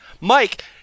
Mike